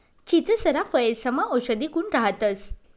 चीचसना फयेसमा औषधी गुण राहतंस